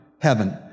heaven